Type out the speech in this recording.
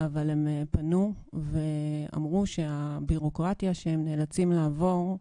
אבל הם פנו ואמרו שהבירוקרטיה שהם נאלצים לעבור,